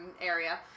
area